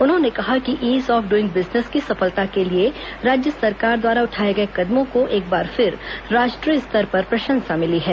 उन्होंने कहा कि ईज ऑफ इंग बिजनेस की सफलता के लिए राज्य सरकार द्वारा उठाए गए कदमों को एक बार फिर राष्ट्रीय स्तर पर प्रशंसा मिली है